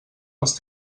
els